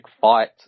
fight